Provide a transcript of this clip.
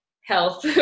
health